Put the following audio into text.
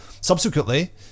subsequently